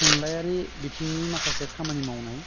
थुनलायारि बिथिंनि माखासे खामानि मावनाय